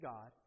God